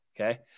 Okay